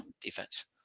Defense